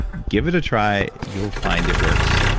give it a try, you'll find it works.